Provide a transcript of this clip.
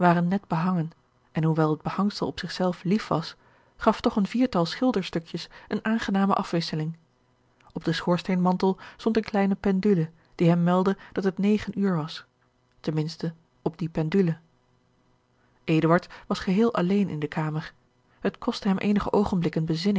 net behangen en hoewel het behangsel op zich zelf lief was gaf toch een viertal schilderstukjes eene aangename afwisseling op den schoorsteenmantel stond eene kleine pendule die hem meldde dat het negen uur was ten minste op die pendule eduard was geheel alleen in de kamer het kostte hem eenige oogenblikken